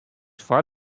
foar